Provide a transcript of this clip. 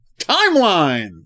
Timeline